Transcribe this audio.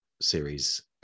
series